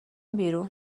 بیرون